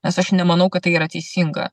nes aš nemanau kad tai yra teisinga